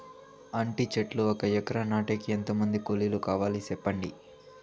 అంటి చెట్లు ఒక ఎకరా నాటేకి ఎంత మంది కూలీలు కావాలి? సెప్పండి?